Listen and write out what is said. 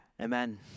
Amen